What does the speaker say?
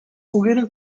pogueren